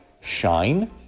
shine